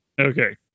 Okay